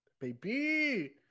Baby